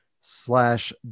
slash